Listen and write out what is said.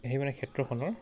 সেই মানে ক্ষেত্ৰখনৰ